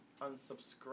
unsubscribe